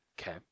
Okay